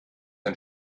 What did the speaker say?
ein